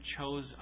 chose